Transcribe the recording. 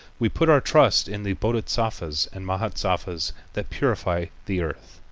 we put our trust in the bodhisattvas and mahasattvas that purify the earth.